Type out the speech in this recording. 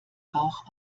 rauch